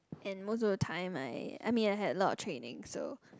and most of the time I I mean I had a lot of training so